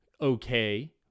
okay